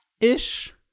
Ish